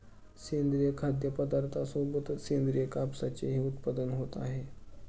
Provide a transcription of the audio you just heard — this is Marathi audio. सेंद्रिय खाद्यपदार्थांसोबतच सेंद्रिय कापसाचेही उत्पादन होत आहे